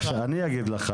אני אגיד לך.